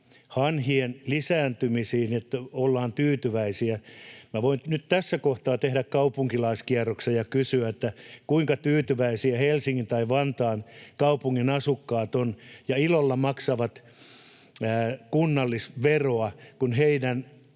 hanhien lisääntymisiin, että ollaan tyytyväisiä: Minä voin nyt tässä kohtaa tehdä kaupunkilaiskierroksen ja kysyä, kuinka tyytyväisiä Helsingin tai Vantaan kaupungin asukkaat ovat ja ilolla maksavat kunnallisveroa, kun heidän